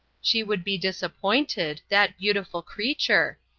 she would be disappointed that beautiful creature!